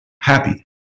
happy